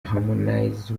harmonize